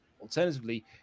Alternatively